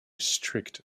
strict